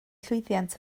llwyddiant